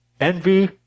envy